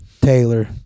Taylor